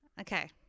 Okay